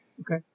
Okay